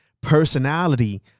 personality